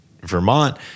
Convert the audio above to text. Vermont